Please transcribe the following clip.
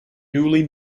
newly